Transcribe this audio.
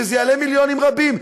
שזה יעלה מיליונים רבים.